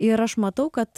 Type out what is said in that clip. ir aš matau kad